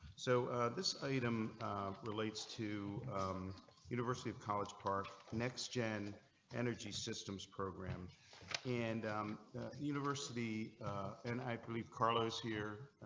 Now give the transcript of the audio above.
so this item relates to um university of college park next gen energy systems program and um university and i believe carlos here.